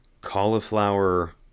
cauliflower